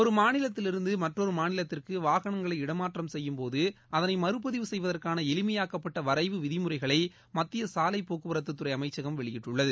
ஒரு மாநிலத்திலிருந்து மற்றொரு மாநிலத்திற்கு வாகனங்களை இடமாற்றம் செய்யும்போது அதளை மறு பதிவு செய்வதற்கான எளிமையாக்கப்பட்ட வரைவு விதிமுறைகளை மத்திய சாலை போக்குவரத்துத் துறை அமைச்சகம் வெளியிட்டுள்ளது